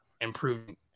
improving